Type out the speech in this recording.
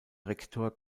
rektor